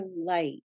light